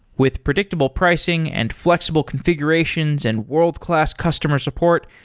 with predictable pricing and flexible configurations and world-class customer support,